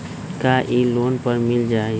का इ लोन पर मिल जाइ?